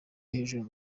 hejuru